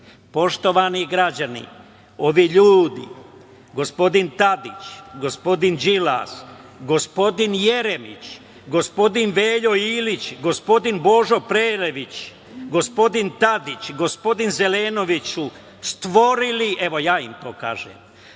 citat. Poštovani građani, ovi ljudi, gospodin Tadić, gospodin Đilas, gospodin Jeremić, gospodin Veljo Ilić, gospodin Božo Prelević, gospodin Tadić, gospodin Zelenović stvorili, evo ja im to kažem,